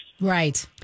Right